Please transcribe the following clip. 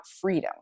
freedom